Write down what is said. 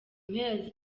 mpera